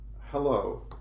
hello